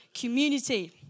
community